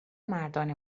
مردان